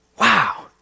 wow